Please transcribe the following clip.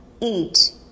eat